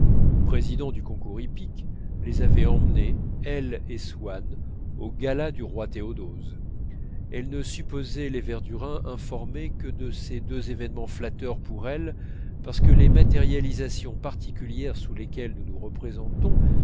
président du concours hippique les avait emmenés elle et swann au gala du roi théodose elle ne supposait les verdurin informés que de ces deux événements flatteurs pour elle parce que les matérialisations particulières sous lesquelles nous nous représentons